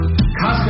Costco